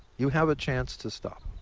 you have a chance to stop.